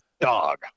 dog